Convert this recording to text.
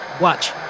Watch